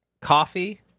coffee